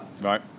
Right